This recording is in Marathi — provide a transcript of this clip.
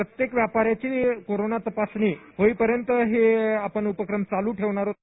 प्रत्येक व्यापाराची कोरोना तपासणी होईपर्यंत आपण हा उपक्रम चालू ठेवणार आहोत